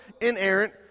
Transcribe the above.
inerrant